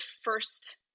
first